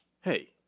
hey